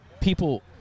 people –